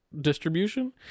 distribution